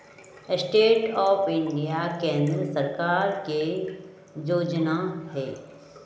stand up India केंद्र सरकार के जोजना हइ